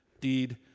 deed